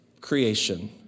creation